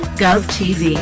GovTV